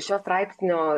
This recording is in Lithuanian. šio straipsnio